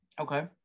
okay